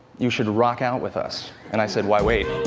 you should rock out with us, and i said, why wait?